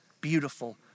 beautiful